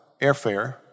airfare